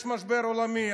יש משבר עולמי,